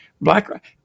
black